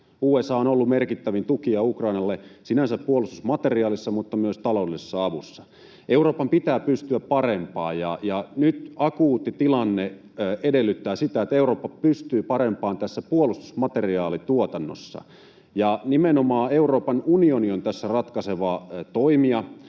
USA on ollut merkittävin tukija Ukrainalle sinänsä puolustusmateriaalissa mutta myös taloudellisessa avussa. Euroopan pitää pystyä parempaan, ja nyt akuutti tilanne edellyttää sitä, että Eurooppa pystyy parempaan tässä puolustusmateriaalituotannossa — ja nimenomaan Euroopan unioni on tässä ratkaiseva toimija.